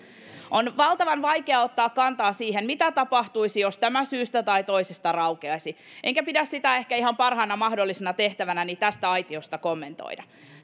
on valtavan vaikeaa ottaa kantaa siihen mitä tapahtuisi jos tämä syystä tai toisesta raukeaisi enkä pidä sitä ehkä ihan parhaana mahdollisena tehtävänäni tästä aitiosta kommentoida